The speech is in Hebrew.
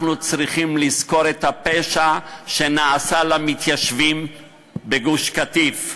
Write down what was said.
אנחנו צריכים לזכור את הפשע שנעשה למתיישבים בגוש-קטיף.